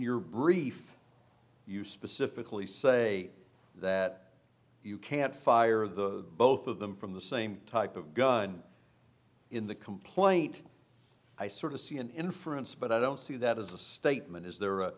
your brief you specifically say that you can't fire the both of them from the same type of gun in the complaint i sort of see an inference but i don't see that as a statement is there a